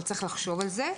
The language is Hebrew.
אבל צריך לחשוב על זה.